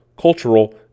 cultural